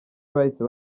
bahise